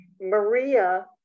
Maria